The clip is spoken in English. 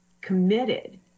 committed